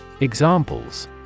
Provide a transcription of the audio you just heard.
Examples